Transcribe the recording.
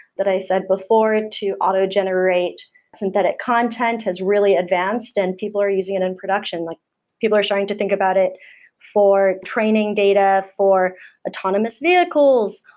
that i said before, to auto generate synthetic content has really advanced and people are using it in production. like people are starting to think about it for training data, for autonomous vehicles,